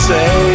Say